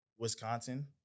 Wisconsin